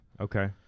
okay